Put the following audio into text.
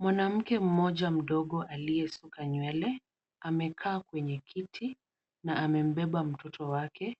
Mwanamke mmoja mdogo aliyesuka nywele, amekaa kwenye kiti na amembeba mtoto wake.